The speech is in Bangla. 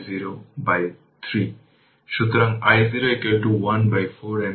যখন t t i 3 u t i 3 0